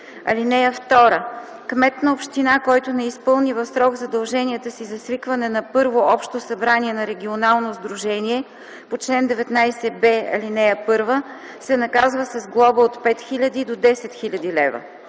лв. (2) Кмет на община, който не изпълни в срок задължението си за свикване на първо общо събрание на регионалното сдружение по чл. 19б, ал. 1, се наказва с глоба от 5000 до 10 000 лв.